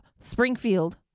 Springfield